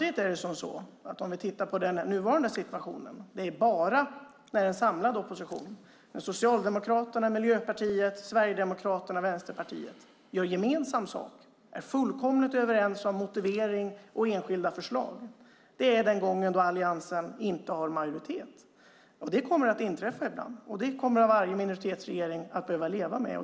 Det är bara med en samlad opposition, det vill säga när Socialdemokraterna, Miljöpartiet, Sverigedemokraterna och Vänsterpartiet gör gemensam sak och är fullkomligt överens om motivering och enskilda förslag, som Alliansen inte har majoritet. Det kommer att inträffa ibland. Det kommer varje minoritetsregering att få leva med.